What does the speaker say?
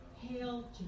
hail